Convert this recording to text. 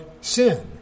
sin